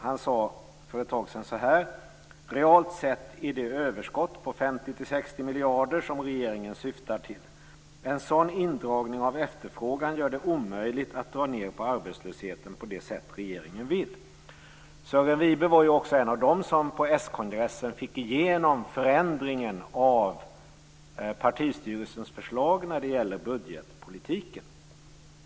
Han sade för ett tag sedan så här: Realt sett är det ett överskott på 50-60 miljarder som regeringen syftar till. En sådan indragning av efterfrågan gör det omöjligt att dra ned på arbetslösheten på det sätt regeringen vill. Sören Wibe var en av dem som på s-kongressen fick igenom förändringen av partistyrelsens förslag när det gällde budgetpolitiken.